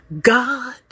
God